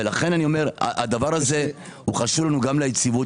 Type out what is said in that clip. הדבר הזה חשוב לנו גם ליציבות,